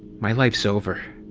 my life's over.